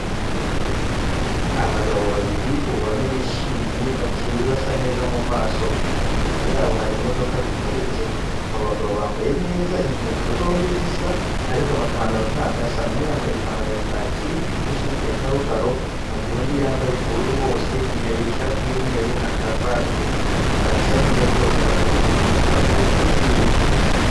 Abagabo babiri ubona bishimye, bacyeye basa neza mu maso. Inyuma yabo hari imodoka ziparitse. Abo bagabo bambaye neza, inkweto zombi zisa, ariko amapantaro ntabwo asa. Umwe yambaye ipantaro ya kacyi n'ishati ya karokaro, mu gihe undi yambaye ubururu hose, imbere ishati y'umweru na karavate. Barasa neza rwose, bahagaze ku mapave acyeye.